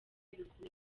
bikomeye